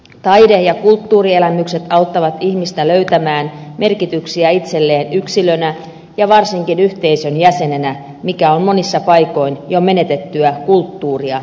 taide ja kulttuurielämykset auttavat ihmistä löytämään merkityksiä itselleen yksilönä ja varsinkin yhteisön jäsenenä mikä on monissa paikoin jo menetettyä kulttuuria yhteiskunnassamme